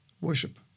worship